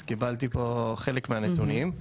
קיבלתי חלק מהנתונים.